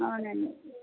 అవునండి